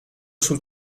sul